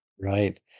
Right